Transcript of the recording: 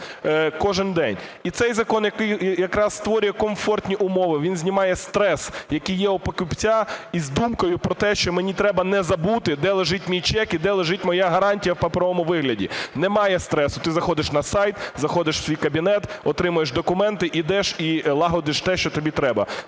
І цей закон якраз створює комфортні умови, він знімає стрес, який є у покупця із думкою про те, що мені треба не забути, де лежить мій чек і де лежить моя гарантія в паперовому вигляді. Немає стресу – ти заходиш на сайт, заходиш у свій кабінет, отримуєш документи, йдеш і лагодиш те, що тобі треба.